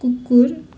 कुकुर